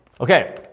Okay